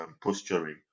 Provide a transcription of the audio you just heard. posturing